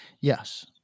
Yes